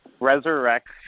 resurrect